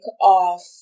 off